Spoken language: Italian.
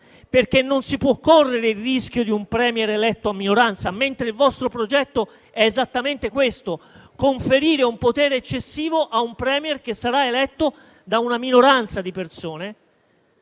Non si può correre il rischio di un *Premier* eletto a minoranza, mentre il vostro progetto è esattamente questo, quello di conferire un potere eccessivo a un *Premier* che sarà eletto da una minoranza di persone.